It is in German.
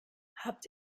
habt